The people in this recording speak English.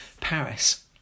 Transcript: Paris